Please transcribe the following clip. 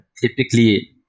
Typically